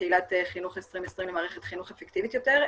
קהילת חינוך 2020 למערכת חינוך אפקטיבית יותר.